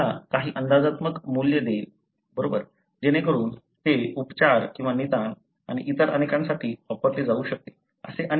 ते मला काही अंदाजात्मक मूल्य देईल बरोबर जेणेकरुन ते उपचार किंवा निदान आणि इतर अनेकांसाठी वापरले जाऊ शकते